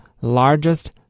largest